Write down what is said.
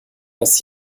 das